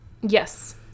Yes